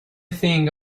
thing